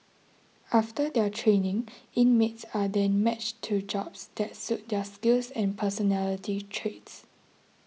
after their training inmates are then matched to jobs that suit their skills and personality traits